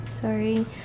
sorry